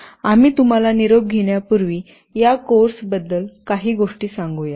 आम्ही तुम्हाला निरोप घेण्यापूर्वी या कोर्सबद्दल काही गोष्टी सांगू या